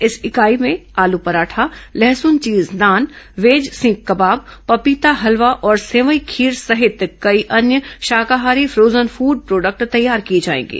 इस इकाई में आलू पराठा लहसुन चीज नान वेज सीक कबाब पपीता हलवा और सेवई खीर सहित कई अन्य शाकाहारी फोजन फूडे प्रोडक्ट तैयार किए जाएंगे